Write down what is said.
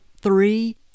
three